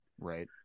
Right